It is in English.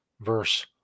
verse